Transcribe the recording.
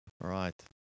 Right